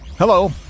Hello